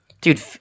Dude